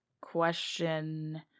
question